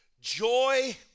joy